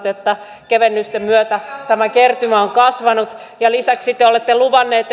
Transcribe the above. että kevennysten myötä tämä kertymä on kasvanut ja lisäksi te olette luvanneet